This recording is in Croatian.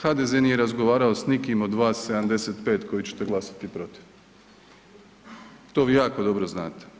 HDZ nije razgovarao s nikim od vas 75 koji ćete glasati protiv, to vi jako dobro znate.